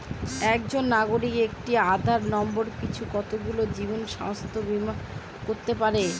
একজন নাগরিক একটি আধার নম্বর পিছু কতগুলি জীবন ও স্বাস্থ্য বীমা করতে পারে?